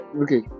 Okay